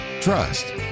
trust